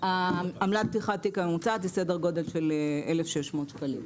עמלת פתיחת תיק הממוצעת זה סדר גודל של 1,600 שקלים,